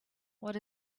what